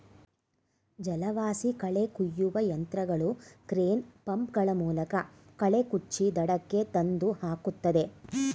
ಜಲವಾಸಿ ಕಳೆ ಕುಯ್ಯುವ ಯಂತ್ರಗಳು ಕ್ರೇನ್, ಪಂಪ್ ಗಳ ಮೂಲಕ ಕಳೆ ಕುಚ್ಚಿ ದಡಕ್ಕೆ ತಂದು ಹಾಕುತ್ತದೆ